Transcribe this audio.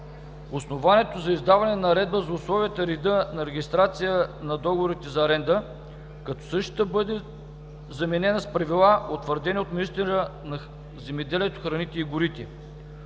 основанието за издаване на Наредба за условията и реда на регистрация на договорите за аренда, като същата бъде заменена с правила, утвърдени от министъра на земеделието, храните и горите.